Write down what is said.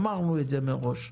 אמרנו את זה מראש.